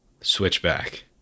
switchback